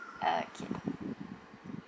okay